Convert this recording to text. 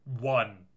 one